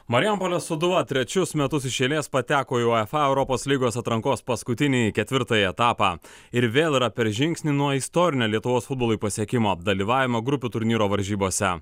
marijampolės sūduva trečius metus iš eilės pateko į uefa europos lygos atrankos paskutinįjį ketvirtąjį etapą ir vėl yra per žingsnį nuo istorinio lietuvos futbolui pasiekimo dalyvavimo grupių turnyro varžybose